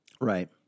Right